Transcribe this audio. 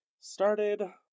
started